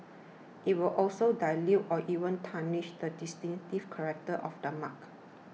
it will also dilute or even tarnish the distinctive character of the mark